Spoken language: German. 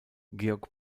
georg